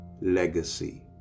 legacy